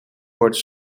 worden